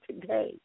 today